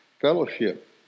fellowship